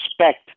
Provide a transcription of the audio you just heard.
respect